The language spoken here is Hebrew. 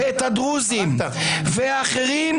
-- ואת הדרוזים ואחרים,